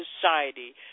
society